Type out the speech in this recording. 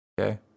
Okay